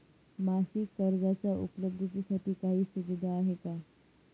मासिक कर्जाच्या उपलब्धतेसाठी काही सुविधा आहे का?